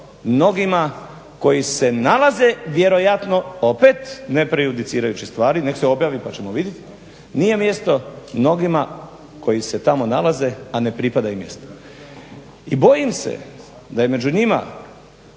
mjesto mnogima koji se nalaze vjerojatno opet ne prejudicirajući stvari, nek se objavi pa ćemo vidjeti, nije mjesto mnogima koji se tamo nalaze, a ne pripada im mjesto. I bojim se da je među njima